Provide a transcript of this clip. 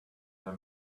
her